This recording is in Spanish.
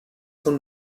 son